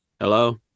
hello